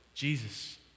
Jesus